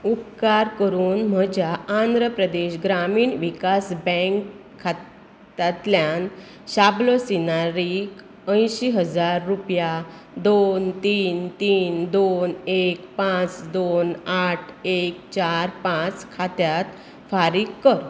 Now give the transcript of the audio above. उपकार करून म्हज्या आंध्र प्रदेश ग्रामीण विकास बँक खात्यांतल्यान शाबलो सिनारीक अंयशीं रुपया दोन तीन तीन दोन एक पांच दोन आठ एक चार पांच खात्यांत फारीक कर